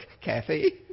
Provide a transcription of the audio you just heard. Kathy